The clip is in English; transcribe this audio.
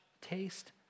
taste